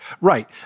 Right